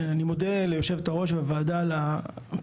אני מודה ליושבת הראש ולוועדה על הפתיחות